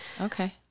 okay